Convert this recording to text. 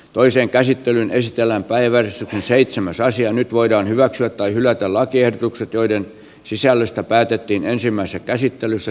toisen käsittelyn esitellään päivän seitsemän saisi jo nyt voidaan hyväksyä tai hylätä lakiehdotukset joiden sisällöstä päätettiin ensimmäisessä käsittelyssä